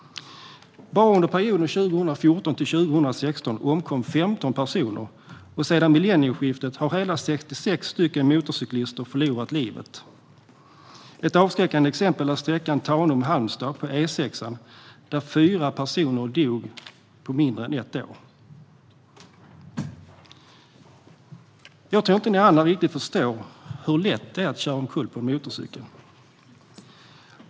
Bara under perioden 2014-2016 omkom 15 personer, och sedan millennieskiftet har hela 66 motorcyklister förlorat livet. Ett avskräckande exempel är sträckan Tanum-Halmstad på E6:an, där fyra personer dog på mindre än ett år. Jag tror att ni andra inte riktigt förstår hur lätt det är att köra omkull på en motorcykel.